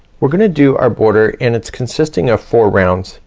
we're gonna do our border and its consisting of four rounds.